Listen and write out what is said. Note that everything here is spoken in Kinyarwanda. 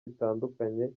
bitandukanye